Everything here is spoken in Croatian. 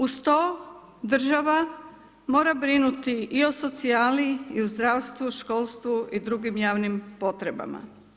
Uz to država mora brinuti i o socijali, i o zdravstvu, školstvu i drugim javnim potrebama.